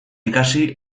ikasi